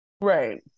Right